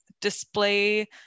display